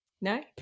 no